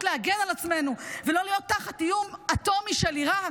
להגן על עצמנו ולא להיות תחת איום אטומי של עיראק.